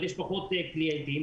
אז יש פחות קליינטים,